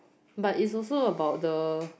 but it's also about the